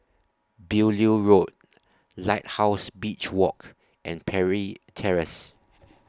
Beaulieu Road Lighthouse Beach Walk and Parry Terrace